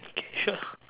okay sure